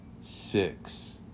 six